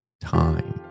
time